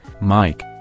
Mike